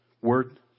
word